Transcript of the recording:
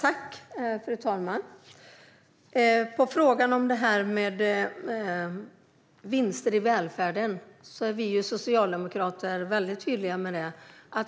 Fru talman! Vi socialdemokrater är väldigt tydliga i frågan om vinster i välfärden.